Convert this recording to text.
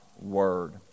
word